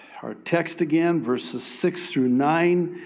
our text again verses six through nine.